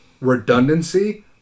redundancy